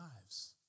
lives